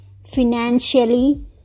financially